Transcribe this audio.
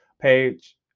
page